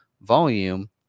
volume